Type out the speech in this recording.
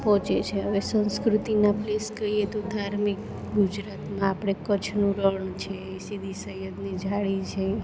પહોંચે છે હવે સંસ્કૃતિનાં પ્લેસ કહીએ તો ધાર્મિક ગુજરાતમાં આપણે ક્ચ્છનું રણ છે સીદી સૈયદની જાળી છે